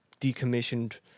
decommissioned